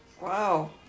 wow